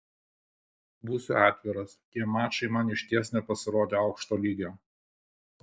būsiu atviras tie mačai man išties nepasirodė aukšto lygio